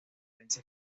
prensa